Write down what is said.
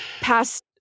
past